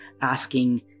asking